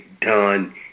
done